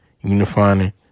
unifying